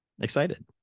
excited